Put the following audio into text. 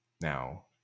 Now